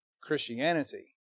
Christianity